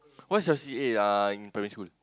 what's your C_C_A uh in primary school